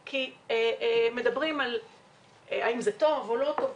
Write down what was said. מדברים אם זה טוב או לא טוב,